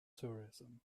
tourism